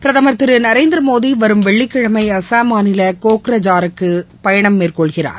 பிரதமர் திரு நரேந்திரமோடி வரும் வெள்ளிக்கிழமை அசாம் மாநில கோக்ரஜாருக்கு பயணம் மேற்கொள்கிறார்